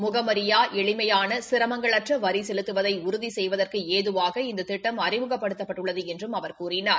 முகம் அறியா எளிமையான சிரமங்கள் அற்ற வரி செலுத்துவதை உறுதி செய்வதற்கு ஏதுவாக இந்த திட்டம் அறிமுகப்படுத்தப்பட்டுள்ளது என்றும் அவர் கூறினார்